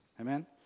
Amen